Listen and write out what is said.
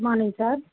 good morning sir